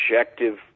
objective